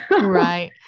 Right